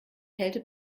kälte